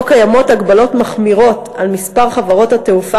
שבו קיימות הגבלות מחמירות על מספר חברות התעופה